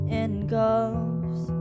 engulfs